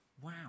wow